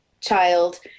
child